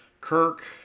Kirk